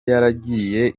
yaragiye